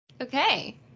Okay